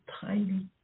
tiny